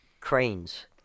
cranes